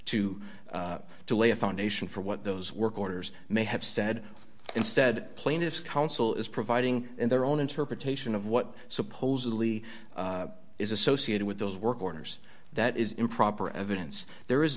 to to lay a foundation for what those work orders may have said instead plaintiff's counsel is providing their own interpretation of what supposedly is associated with those work orders that is improper evidence there is